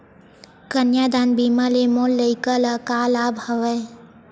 कन्यादान बीमा ले मोर लइका ल का लाभ हवय?